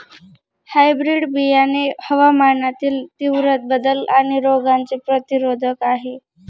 hybrid बियाणे हवामानातील तीव्र बदल आणि रोगांचे प्रतिरोधक आहे